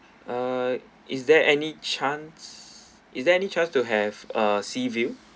uh is there any chance is there any chance to have ah sea view